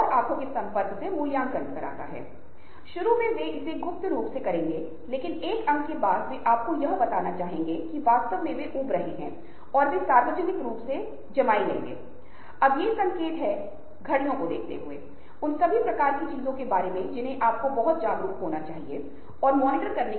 एक सामाजिक नेटवर्क एक सामाजिक संरचना है जो लोगों संगठनों सामाजिक संगठनों जैसे सामाजिक अभिनेताओं के एक समूह से बनी होती है जो एक से अधिक अभिनेताओं के बीच एक एक या अन्य सामाजिक संपर्क के साथ एक दूसरे से जुड़ाव कर सकते हैं